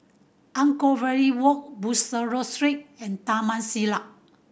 Anchorvale Walk Bussorah Street and Taman Sireh